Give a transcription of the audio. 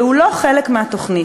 והוא לא חלק מהתוכנית.